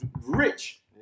rich